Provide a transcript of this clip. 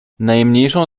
najmniejszą